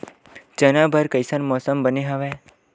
चना बर कइसन मौसम बने हवय?